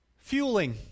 Fueling